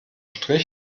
strich